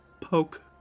Poke